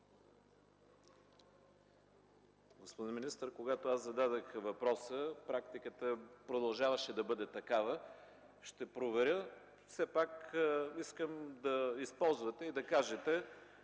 Господин министър, когато зададох въпроса, практиката продължаваше да бъде такава. Ще проверя. Все пак искам да кажете